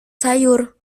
sayur